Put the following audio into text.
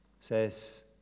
says